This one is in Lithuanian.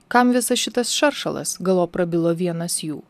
kam visas šitas šaršalas galop prabilo vienas jų